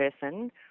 person